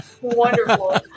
Wonderful